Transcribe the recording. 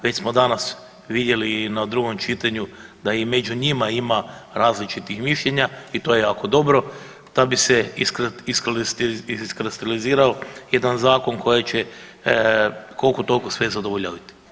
Već smo danas vidjeli i na drugom čitanju da i među njima ima različitih mišljenja i to je jako dobro da bi se iskristalizirao jedan zakon koji će koliko toliko sve zadovoljavati.